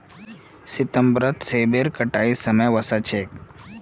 सितंबरत सेबेर कटाईर समय वसा छेक